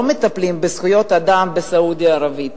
לא מטפלים בזכויות אדם בסעודיה הערבית,